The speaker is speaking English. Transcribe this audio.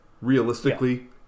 realistically